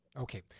Okay